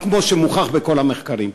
כמו שמוכח בכל המחקרים.